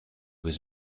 was